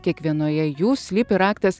kiekvienoje jų slypi raktas